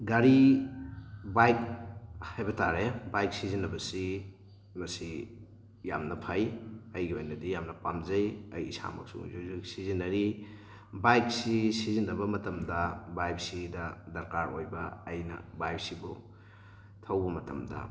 ꯒꯥꯔꯤ ꯕꯥꯏꯛ ꯍꯥꯏꯕ ꯇꯥꯔꯦ ꯕꯥꯏꯛ ꯁꯤꯖꯤꯟꯅꯕꯁꯤ ꯃꯁꯤ ꯌꯥꯝꯅ ꯐꯩ ꯑꯩꯒꯤ ꯑꯣꯏꯅꯗꯤ ꯌꯥꯝꯅ ꯄꯥꯝꯖꯩ ꯑꯩ ꯏꯁꯥꯃꯛꯁꯨ ꯍꯧꯖꯤꯛ ꯍꯧꯖꯤꯛ ꯁꯤꯖꯤꯟꯅꯔꯤ ꯕꯥꯏꯛꯁꯤ ꯁꯤꯖꯤꯟꯅꯕ ꯃꯇꯝꯗ ꯕꯥꯏꯛꯁꯤꯗ ꯗꯔꯀꯥꯔ ꯑꯣꯏꯕ ꯑꯩꯅ ꯕꯥꯏꯛꯁꯤꯕꯨ ꯊꯧꯕ ꯃꯇꯝꯗ